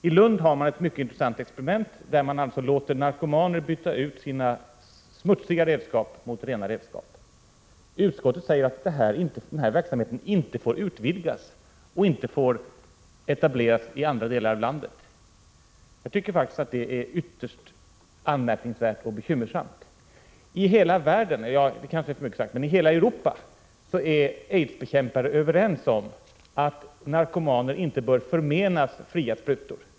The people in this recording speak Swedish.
I Lund pågår ett mycket intressant experiment, där man låter narkomaner byta ut sina smutsiga redskap mot rena. Utskottet säger att den verksamheten inte får utvidgas och inte får etableras i andra delar av landet. Jag tycker faktiskt att detta är mycket anmärkningsvärt och bekymmersamt. I hela Europa är aidsbekämpare överens om att narkomaner inte bör förmenas fria sprutor.